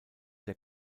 der